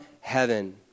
heaven